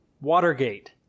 Watergate